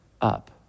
up